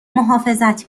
محافظت